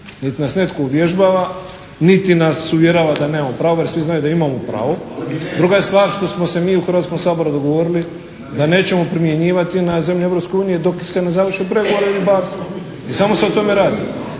Niti nas netko uvježbava niti nas uvjerava da nemamo pravo jer svi znaju da imamo pravo. Druga je stvar što smo se mi u Hrvatskom saboru dogovorili da nećemo primjenjivati na zemlje Europske unije dok se ne završe pregovori o ribarstvu. I samo se o tome radi.